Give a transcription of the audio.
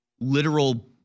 ...literal